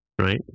Right